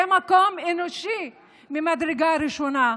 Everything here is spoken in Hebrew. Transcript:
זה מקום אנושי ממדרגה ראשונה.